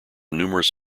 numerous